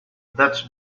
that’s